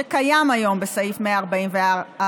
שקיים היום בסעיף 144א,